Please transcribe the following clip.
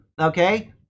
okay